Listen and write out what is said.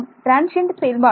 transient செயல்பாடு